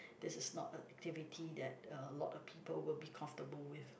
this is not a activity that a lot of people will be comfortable with